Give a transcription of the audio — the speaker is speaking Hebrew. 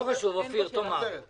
לא חשוב, אופיר, תאמר את עמדתך.